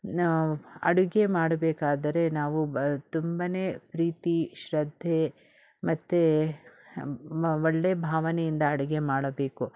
ನಾವು ಅಡುಗೆ ಮಾಡಬೇಕಾದರೆ ನಾವು ತುಂಬನೇ ಪ್ರೀತಿ ಶ್ರದ್ಧೆ ಮತ್ತು ಮ ಒಳ್ಳೆ ಭಾವನೆಯಿಂದ ಅಡುಗೆ ಮಾಡಬೇಕು